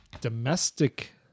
domestic